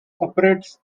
operates